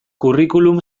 curriculum